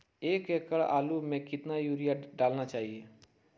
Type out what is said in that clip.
एक एकड़ आलु में कितना युरिया डालना चाहिए?